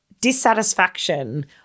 dissatisfaction